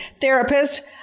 therapist